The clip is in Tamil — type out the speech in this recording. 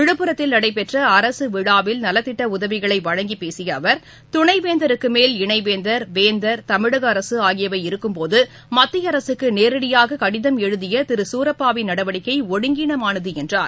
விழுப்புரத்தில் நடைபெற்ற அரசு விழாவில் நலத்திட்ட உதவிகளை வழங்கி பேசிய அவர் துணைவேந்தருக்கு மேல் இணை வேந்தர் வேந்தர் தமிழக அரசு ஆகியவை இருக்கும் போது மத்திய அரசுக்கு நேரடியாக கடிதம் எழுதிய திரு சூரப்பாவின் நடவடிக்கை ஒழுங்கீனமானது என்றார்